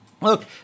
Look